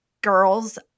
girls